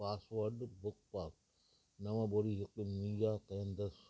password बुकपास नव ॿुड़ी हिकु मुहैया कंदसि